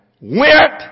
went